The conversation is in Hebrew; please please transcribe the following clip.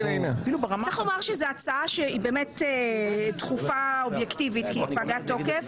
צריך לומר שזאת הצעה שהיא באמת דחופה אובייקטיבית כי היא פגה תוקף.